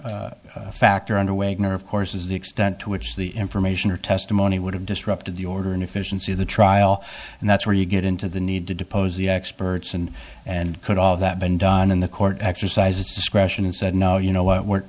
other factor underwager of course is the extent to which the information or testimony would have disrupted the order and efficiency of the trial and that's where you get into the need to depose the experts and and could all that been done in the court exercise its discretion and said no you know what we're